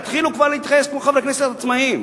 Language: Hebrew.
תתחילו כבר להתייחס כמו חברי כנסת עצמאיים,